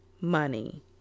money